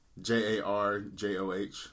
J-A-R-J-O-H